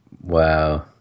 wow